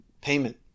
payment